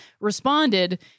responded